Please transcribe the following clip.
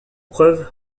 preuve